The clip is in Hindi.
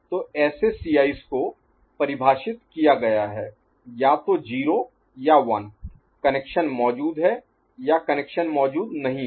तो ऐसे Cis को परिभाषित किया गया है या तो 0 या 1 - कनेक्शन मौजूद है या कनेक्शन मौजूद नहीं है